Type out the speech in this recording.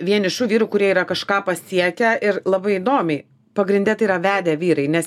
vienišų vyrų kurie yra kažką pasiekę ir labai įdomiai pagrinde tai yra vedę vyrai nes